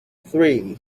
three